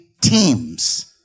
teams